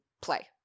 play